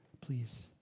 please